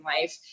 life